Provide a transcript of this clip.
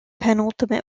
penultimate